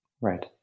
Right